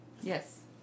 Yes